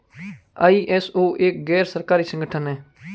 ISO एक गैर सरकारी संगठन है